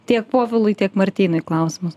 tiek povilui tiek martynui klausimas